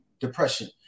depression